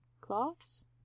cloths